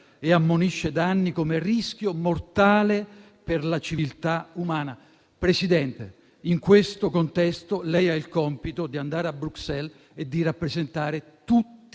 e ammonisce da anni come rischio mortale per la civiltà umana. Presidente, in questo contesto lei ha il compito di andare a Bruxelles e di rappresentare tutti